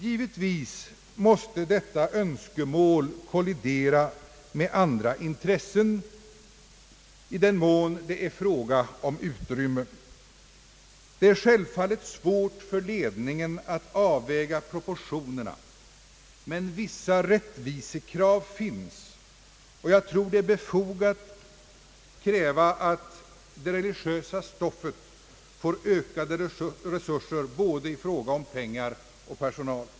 Givetvis måste detta önskemål kollidera med andra intressen, i den mån det är fråga om utrymme. Det är självfallet svårt för ledningen att avväga proportionerna, men vissa rättvisekrav finns, och jag tror att det är befogat att kräva att det religiösa stoffet får ökade resurser både i fråga om pengar och personal.